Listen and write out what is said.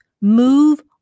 Move